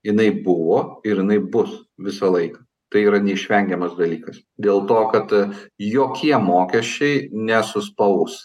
jinai buvo ir jinai bus visą laiką tai yra neišvengiamas dalykas dėl to kad jokie mokesčiai nesuspaus